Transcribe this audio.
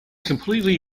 completely